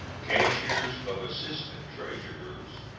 cashiers of assistant treasurers,